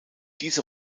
diese